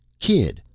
kid,